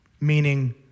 meaning